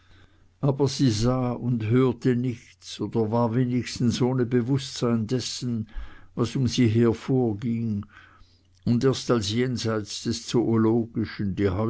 aber sie sah und hörte nichts oder war wenigstens ohne bewußtsein dessen was um sie her vorging und erst als jenseits des